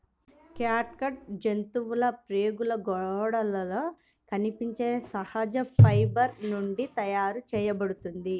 catgut జంతువుల ప్రేగుల గోడలలో కనిపించే సహజ ఫైబర్ నుండి తయారు చేయబడుతుంది